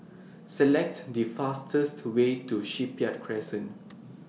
Select The fastest Way to Shipyard Crescent